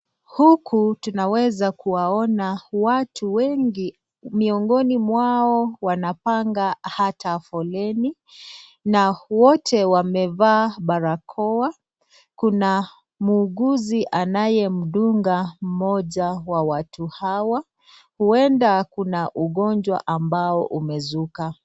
Huku tunaweza kuwaona watu wengi miongoni mwao wanapanga hata foleni na wote wamevaa barakoa. Kuna muuguzi anayemdunga mmoja wa watu hawa. Huenda kuna ugonjwa ambao umezuka.